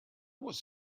was